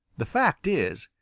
the fact is,